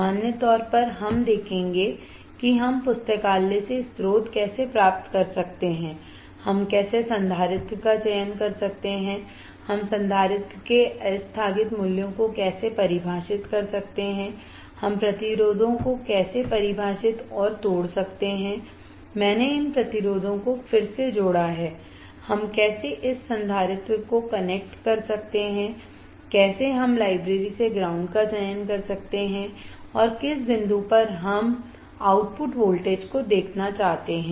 सामान्य तौर पर हम देखेंगे कि हम पुस्तकालय से स्रोत कैसे प्राप्त कर सकते हैं हम कैसे संधारित्र का चयन कर सकते हैं हम संधारित्र के आस्थगित मूल्यों को कैसे परिभाषित कर सकते हैं हम प्रतिरोधों को कैसे परिभाषित और तोड़ सकते हैं मैंने इन प्रतिरोधों को फिर से जोड़ा है हम कैसे इस संधारित्र को कनेक्ट कर सकते है कैसे हम लाइब्रेरी से ग्राउंड का चयन कर सकते हैं और किस बिंदु पर हम आउटपुट वोल्टेज को देखना चाहते हैं